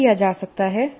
क्या किया जा सकता है